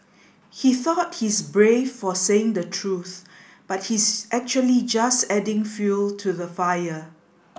he thought he's brave for saying the truth but he's actually just adding fuel to the fire